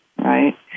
Right